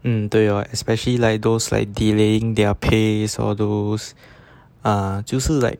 mm 对 ah especially like those like delaying their pays or those ah 就是 like